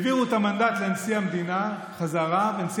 העבירו את המנדט לנשיא המדינה בחזרה ונשיא